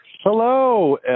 hello